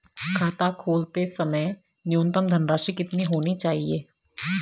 खाता खोलते समय न्यूनतम धनराशि कितनी होनी चाहिए?